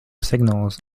signals